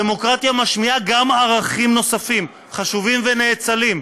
דמוקרטיה משמיעה גם ערכים נוספים חשובים ונאצלים.